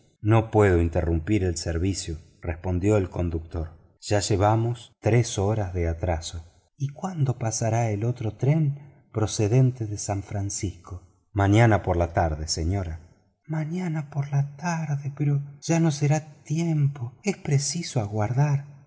no puedo interrumpir el servicio respondió el conductor ya llevamos tres horas de atraso y cuándo pasará el otro tren procedente de san francisco mañana por la tarde señora mañana por la tarde pero ya no será tiempo es preciso aguardar